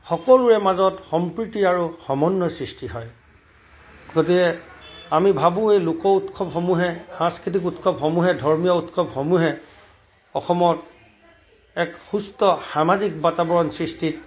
সকলোৰে মাজত সম্প্ৰীতি আৰু সমন্বয়ৰ সৃষ্টি হয় গতিকে আমি ভাবোঁ এই লোক উৎসৱসমূহে সাংস্কৃতিক উৎসৱসমূহে ধৰ্মীয় উৎসৱসমূহে অসমত এক সুস্থ সামাজিক বাতাৱৰণ সৃষ্টিত